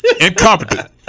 Incompetent